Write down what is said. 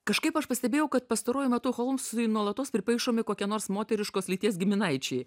kažkaip aš pastebėjau kad pastaruoju metu holmsui nuolatos pripaišomi kokie nors moteriškos lyties giminaičiai